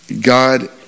God